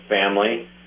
family